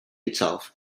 itself